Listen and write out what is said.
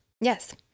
yes